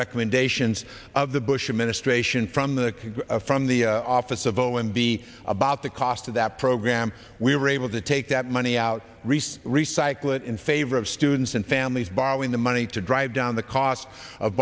recommendations of the bush administration from the from the office of o m b about the cost of that program we were able to take that money out reese recycle it in favor of students and families borrowing the money to drive down the cost of